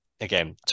again